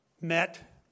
met